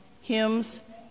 hymns